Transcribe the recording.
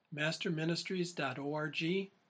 masterministries.org